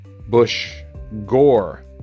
Bush-Gore